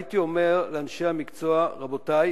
הייתי אומר לאנשי המקצוע: רבותי,